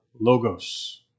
logos